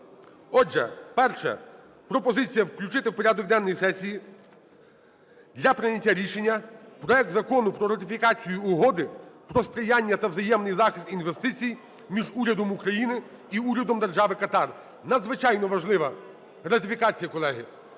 Отже, перше. Пропозиція включити в порядок денної сесії для прийняття рішення проект Закону про ратифікацію Угоди про сприяння та взаємний захист інвестицій між Урядом України та Урядом Держави Катар. Надзвичайно важлива ратифікація, колеги.